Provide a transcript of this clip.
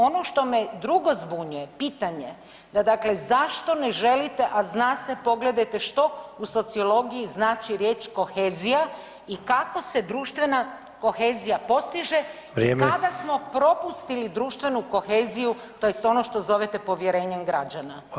Ono što me drugo zbunjuje, pitanje da dakle zašto ne želite a zna se pogledajte što u sociologiji znači riječ kohezija i kako se društvena kohezija postiže [[Upadica: Vrijeme.]] kada smo propustili društvenu koheziju tj. ono što zovete povjerenjem građana.